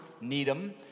Needham